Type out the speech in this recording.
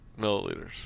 Milliliters